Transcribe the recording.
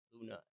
Luna